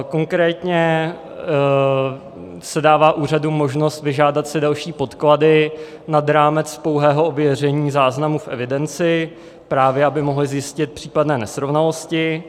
Konkrétně se dává úřadu možnost vyžádat si další podklady nad rámec pouhého ověření záznamu v evidenci, právě aby mohl zjistit případné nesrovnalosti.